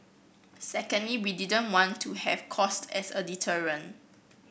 secondly we didn't want to have cost as a deterrent